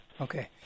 okay